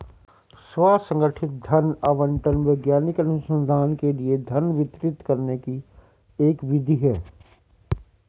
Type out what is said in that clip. स्व संगठित धन आवंटन वैज्ञानिक अनुसंधान के लिए धन वितरित करने की एक विधि है